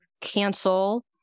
cancel